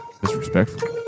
disrespectful